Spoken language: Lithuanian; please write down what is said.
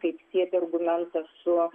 kaip sieti argumentą su